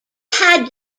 had